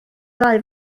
ddau